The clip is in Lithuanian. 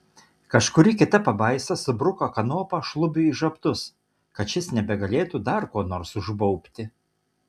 kažkuri kita pabaisa subruko kanopą šlubiui į žabtus kad šis nebegalėtų dar ko nors užbaubti